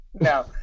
No